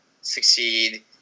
succeed